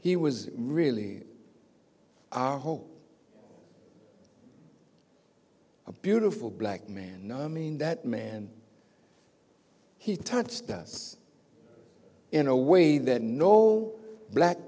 he was really our whole a beautiful black man i mean that man he touched us in a way that no black